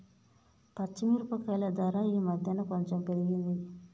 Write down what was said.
పచ్చి మిరపకాయల ధర ఈ మధ్యన కొంచెం పెరిగింది